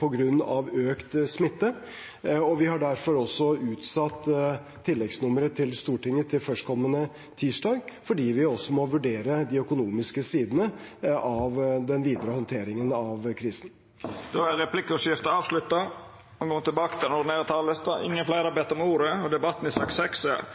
på grunn av økt smitte. Vi har derfor utsatt tilleggsnummeret til Stortinget til førstkommende tirsdag, fordi vi også må vurdere de økonomiske sidene ved den videre håndteringen av krisen. Replikkordskiftet er avslutta. Fleire har ikkje bedt om ordet til sak nr. 6. Etter ynske frå finanskomiteen vil presidenten ordna debatten